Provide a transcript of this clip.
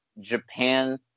Japan